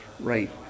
Right